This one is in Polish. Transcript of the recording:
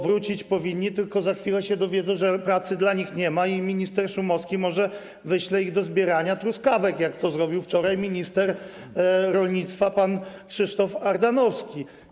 Wrócić powinni, tylko za chwile się dowiedzą, że pracy dla nich nie ma i minister Szumowski może wyśle ich do zbierania truskawek, jak to zrobił wczoraj minister rolnictwa pan Krzysztof Ardanowski.